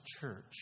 church